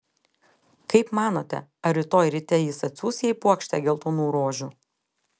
kaip manote ar rytoj ryte jis atsiųs jai puokštę geltonų rožių